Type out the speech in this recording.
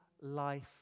life